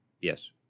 Yes